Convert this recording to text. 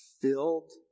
filled